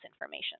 information